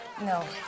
No